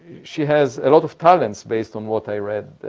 she has a lot of talents based on what i read,